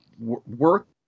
work